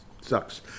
Sucks